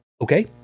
okay